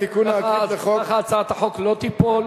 כך הצעת חוק לא תיפול,